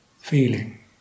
Feeling